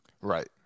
right